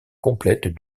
complète